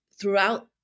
throughout